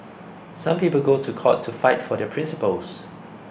some people go to court to fight for their principles